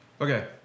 Okay